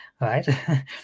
right